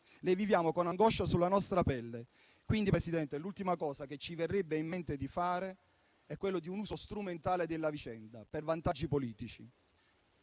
le viviamo con angoscia sulla nostra pelle, quindi l'ultima cosa che ci verrebbe in mente di fare, signor Presidente, è un uso strumentale della vicenda per vantaggi politici.